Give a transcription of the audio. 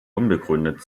unbegründet